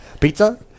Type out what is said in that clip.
Pizza